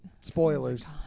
Spoilers